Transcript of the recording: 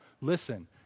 listen